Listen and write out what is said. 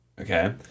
Okay